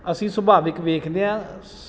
ਅਸੀਂ ਸੁਭਾਵਿਕ ਵੇਖਦੇ ਹਾਂ